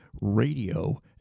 radio